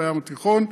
בים התיכון.